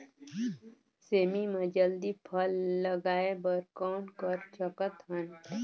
सेमी म जल्दी फल लगाय बर कौन कर सकत हन?